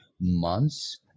months